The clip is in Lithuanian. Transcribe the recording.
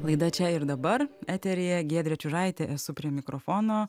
laida čia ir dabar eteryje giedrė čiužaitė esu prie mikrofono